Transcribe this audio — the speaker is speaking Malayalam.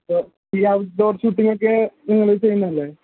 ഈ ഔട്ട്ഡോർ ഷൂട്ടിംഗ് ഒക്കെ നിങ്ങൾ ചെയ്യുന്നയല്ലേ